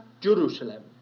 Jerusalem